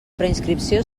preinscripció